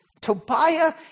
Tobiah